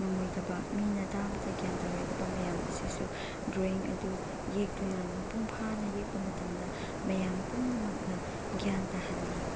ꯉꯝꯂꯣꯏꯗꯕ ꯃꯤꯅ ꯇꯥꯕꯗ ꯒ꯭ꯌꯥꯟ ꯇꯥꯔꯣꯏꯗꯕ ꯃꯌꯥꯝ ꯑꯁꯤꯁꯨ ꯗ꯭ꯔꯣꯋꯤꯡ ꯑꯗꯨ ꯌꯦꯛꯇꯨꯅ ꯃꯄꯨꯡ ꯐꯥꯅ ꯌꯦꯛꯄ ꯃꯇꯝꯗ ꯃꯌꯥꯝ ꯄꯨꯝꯅꯃꯛꯅ ꯒ꯭ꯌꯥꯟ ꯇꯥꯍꯜꯂꯤ